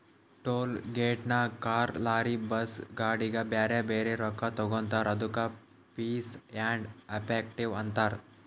toll ಗೇಟ್ನಾಗ್ car, lorry, bus, ಗಾಡಿಗ ಬ್ಯಾರೆ ಬ್ಯಾರೆ ರೊಕ್ಕಾ ತಗೋತಾರ್ ಅದ್ದುಕ ಫೀಸ್ ಆ್ಯಂಡ್ ಎಫೆಕ್ಟಿವ್ ಅಂತಾರ್